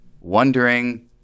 wondering